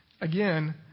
again